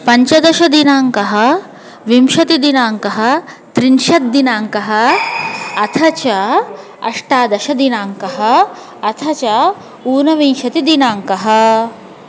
पञ्चदशदिनाङ्कः विंशतिदिनाङ्कः त्रिन्शत्दिनाङ्कः अथ च अष्टादशदिनाङ्कः अथ च ऊनविन्शतिदिनाङ्कः